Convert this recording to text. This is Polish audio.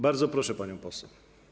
Bardzo proszę panią poseł.